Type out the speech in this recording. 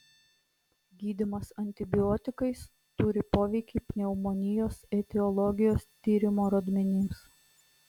gydymas antibiotikais turi poveikį pneumonijos etiologijos tyrimo rodmenims